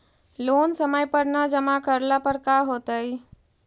Loan समय पर न जमा करला पर का होतइ?